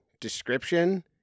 description